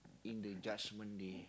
in the judgement day